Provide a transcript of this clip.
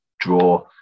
draw